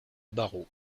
barrault